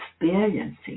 experiencing